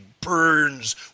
burns